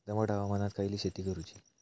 दमट हवामानात खयली शेती करूची?